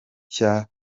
nshya